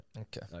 Okay